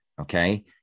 Okay